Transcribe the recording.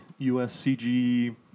USCG